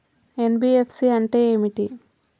NBFC అంటే ఏమిటి?